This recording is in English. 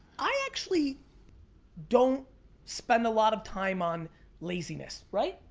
i actually don't spend a lot of time on laziness. right?